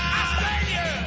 Australia